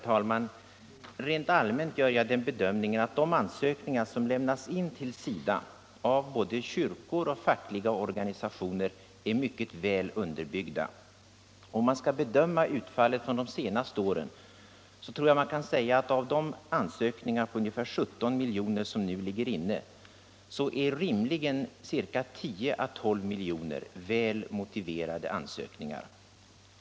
Herr talman! Rent allmänt gör jag den bedömningen att de ansökningar som lämnas in till SIDA från kyrkliga och fackliga organisationer är mycket väl underbyggda. Om man ser till utfallet under de senaste åren tror jag att beträffande de ansökningar på 17 milj.kr. som nu ligger inne är rimligen ca 11 å 12 milj.kr. väl motiverade.